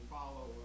follow